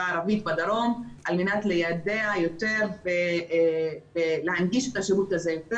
הערבית בדרום על מנת ליידע יותר ולהנגיש את השירות הזה.